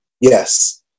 Yes